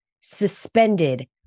suspended